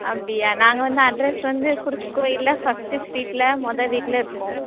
அப்படியா நாங்கள் வந்து அட்ரெஸ் வந்து குருஸ் கோயிலில் ஃபஸ்ட்டு ஸ்ட்ரீட்டில் மொதல் வீட்டில் இருக்கோம்